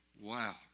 Wow